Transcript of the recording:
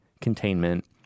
containment